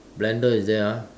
blender is there ah